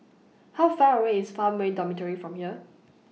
How Far away IS Farmway Dormitory from here